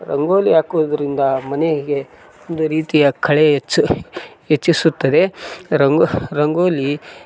ರಂಗೋಲಿ ಹಾಕುವುದ್ರಿಂದ ಮನೆಗೆ ಒಂದು ರೀತಿಯ ಖಳೆ ಹೆಚ್ಚು ಹೆಚ್ಚಿಸುತ್ತದೆ ರಂಗು ರಂಗೋಲಿ